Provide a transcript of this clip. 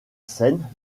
scène